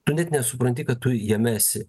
tu net nesupranti kad tu jame esi